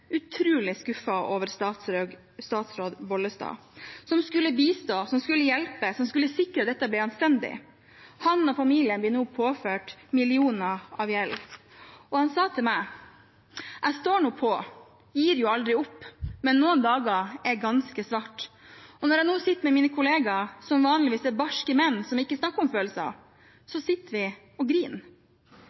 utrolig skuffet over statsråd Bollestad, som skulle bistå, som skulle hjelpe, som skulle sikre at dette ble anstendig. Han og familien blir nå påført millioner av kroner i gjeld. Han sa til meg: Jeg står nå på, gir jo aldri opp, men noen dager er ganske svarte. Når jeg nå sitter med mine kollegaer som vanligvis er barske menn som ikke snakker om følelser, sitter vi og